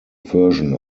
version